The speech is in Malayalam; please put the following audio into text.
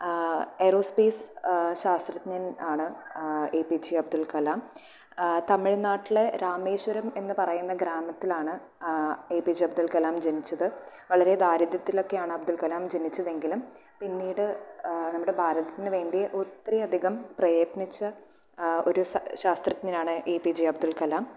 എറോസ്പീസ് ശാസ്ത്രജ്ഞൻ ആണ് A P J Abdul Kalam തമിഴ്നാട്ടിലെ രാമേശ്വരം എന്നുപറയുന്ന ഗ്രാമത്തത്തിലാണ് A P J Abdul Kalam ജനിച്ചത് വളരെ ദാരിദ്രത്തിലൊക്കെയാണ് അബ്ദുൽ കലാം ജനിച്ചതെങ്കിലും പിന്നീട് നമ്മുടെ ഭാരതത്തിനുവേണ്ടി ഒത്തിരിയധികം പ്രയത്നിച്ച ഒരു ശാത്രജ്ഞനാണ് A P J Abdul Kalam